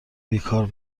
بیکار